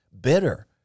Bitter